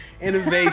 innovation